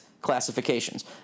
Classifications